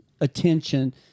attention